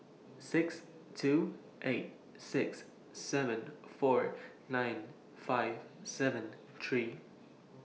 six two eight six seven four nine five seven three